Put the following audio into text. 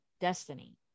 destiny